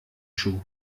schuh